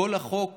כל החוק